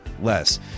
less